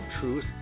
Truth